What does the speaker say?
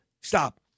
Stop